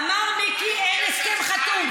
אמר מיקי: אין הסכם חתום.